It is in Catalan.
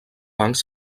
bancs